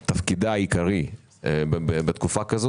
שתפקידה העיקרי של ועדת הכספים בתקופה כזו